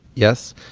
yes.